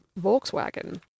Volkswagen